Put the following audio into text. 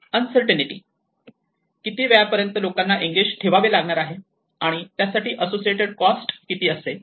uncertainty किती वेळा पर्यंत लोकांना एंगेज ठेवावे लागणार आहे आणि त्यासाठी असोसिएटेड कॉस्ट किती असेल